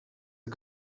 der